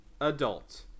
adult